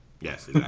Yes